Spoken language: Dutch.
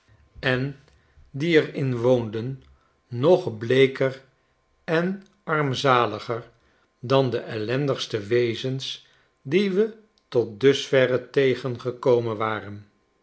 en die er in woonden nog meeker en armzaliger dan de ellendigste wezens die we tot dusverre tegengekomen waren